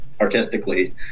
artistically